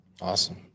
Awesome